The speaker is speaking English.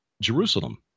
Jerusalem